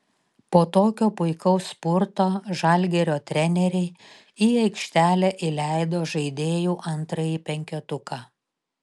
po tokio puikaus spurto žalgirio treneriai į aikštelę įleido žaidėjų antrąjį penketuką